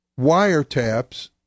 wiretaps